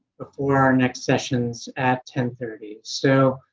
before our next sessions at ten thirty. so,